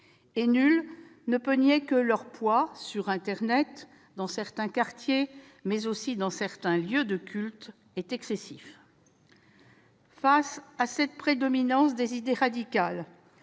Nul ne peut nier que leur poids, sur internet, dans certains quartiers, mais aussi dans certains lieux de culte, est excessif. Devant cette prédominance des idées radicales,